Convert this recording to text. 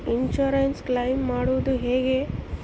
Insurance claim ಮಾಡದು ಹೆಂಗೆ?